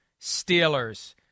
Steelers